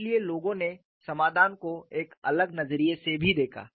इसलिए लोगों ने समाधान को एक अलग नजरिए से भी देखा